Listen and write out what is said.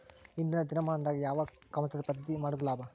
ಇಂದಿನ ದಿನಮಾನದಾಗ ಯಾವ ಕಮತದ ಪದ್ಧತಿ ಮಾಡುದ ಲಾಭ?